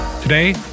Today